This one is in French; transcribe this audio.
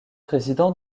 président